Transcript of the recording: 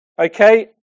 Okay